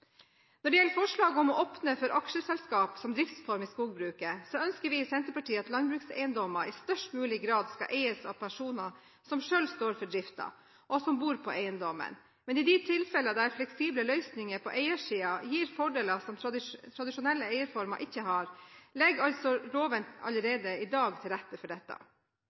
Når det gjelder forslaget om å åpne for aksjeselskap som driftsform i skogbruket, ønsker vi i Senterpartiet at landbrukseiendommer i størst mulig grad skal eies av personer som selv står for driften, og som bor på eiendommen. Men i de tilfeller der fleksible løsninger på eiersiden gir fordeler som tradisjonelle eierformer ikke har, legger loven allerede i dag til rette for dette.